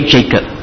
Jacob